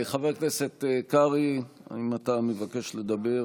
חבר הכנסת קרעי, האם אתה מבקש לדבר?